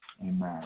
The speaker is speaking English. Amen